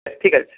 ঠিক আছে